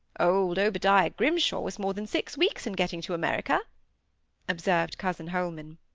old obadiah grimshaw was more than six weeks in getting to america observed cousin holman.